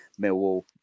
Millwall